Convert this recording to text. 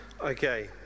Okay